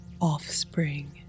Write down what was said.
offspring